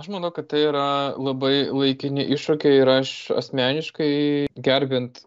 aš manau kad tai yra labai laikini iššūkiai ir aš asmeniškai gerbiant